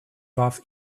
warf